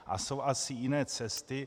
A jsou asi jiné cesty.